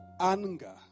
anger